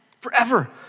Forever